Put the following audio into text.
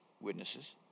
witnesses